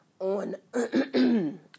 on